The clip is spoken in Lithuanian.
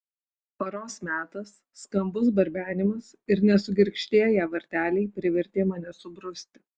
paros metas skambus barbenimas ir nesugirgždėję varteliai privertė mane subruzti